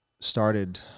started